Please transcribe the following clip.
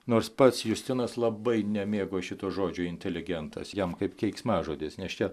nors pats justinas labai nemėgo šito žodžio inteligentas jam kaip keiksmažodis nes čia